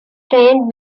trained